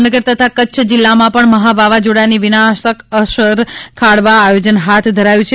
જામનગર તથા કચ્છ જિલ્લામાં પણ મહા વાવઝોડાની વિનાશક અસર ખાળવા આયોજન હાથ ધરાયુ છે